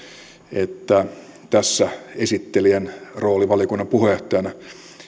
että tässä esittelijän rooli valiokunnan puheenjohtajana